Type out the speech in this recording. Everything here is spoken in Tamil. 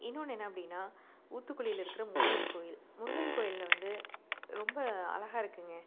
இன்னொன்று என்ன அப்படின்னா ஊத்துக்குளியில் இருக்கிற முருகன் கோயில் முருகன் கோயிலில் வந்து ரொம்ப அழகா இருக்குங்க